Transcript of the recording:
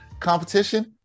Competition